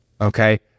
okay